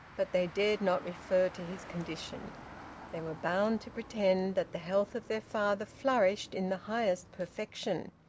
but they dared not refer to his condition they were bound to pretend that the health of their father flourished in the highest perfection.